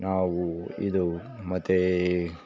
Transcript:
ನಾವು ಇದು ಮತ್ತೆ